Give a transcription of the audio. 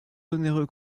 onéreux